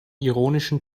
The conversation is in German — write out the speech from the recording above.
ironischen